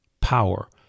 power